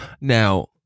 Now